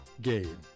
game